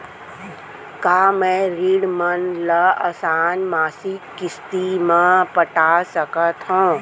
का मैं ऋण मन ल आसान मासिक किस्ती म पटा सकत हो?